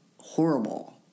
Horrible